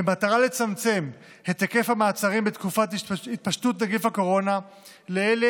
במטרה לצמצם את היקף המעצרים בתקופת התפשטות נגיף הקורונה לאלה